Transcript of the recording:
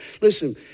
Listen